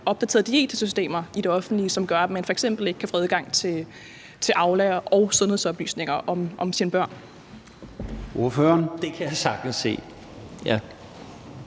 opdateret de it-systemer i det offentlige, som gør, at man f.eks. ikke kan få adgang til Aula og sundhedsoplysninger om sine børn? Kl. 14:19 Formanden (Søren Gade):